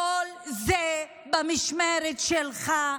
כל זה במשמרת שלך,